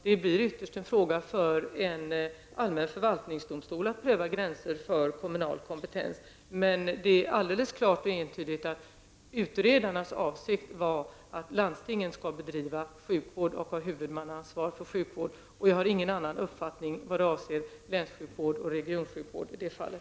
Det blir ytterst en fråga för en allmän förvaltningsdomstol att pröva gränserna för kommunal kompetens. Det är klart och entydigt att utredarnas avsikt var att landstingen skall bedriva sjukvård och ha huvudmannaansvar för sjukvården. Jag har ingen annan uppfattning i vad avser länssjukvård och regionsjukvård i det fallet.